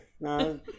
no